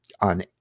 on